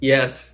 Yes